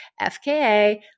FKA